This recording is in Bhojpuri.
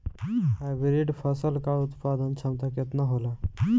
हाइब्रिड फसल क उत्पादन क्षमता केतना होला?